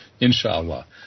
inshallah